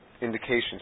indications